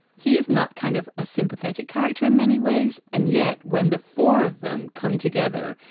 he is not kind of a sympathetic character in many ways. and yet when the four of them come together,